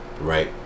right